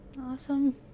Awesome